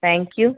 thank you